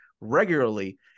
regularly